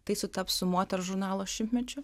tai sutaps su moters žurnalo šimtmečiu